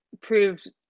proved